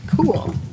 Cool